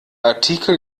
artikel